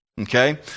Okay